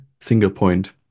single-point